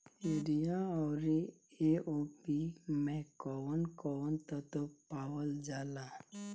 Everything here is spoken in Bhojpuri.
यरिया औरी ए.ओ.पी मै कौवन कौवन तत्व पावल जाला?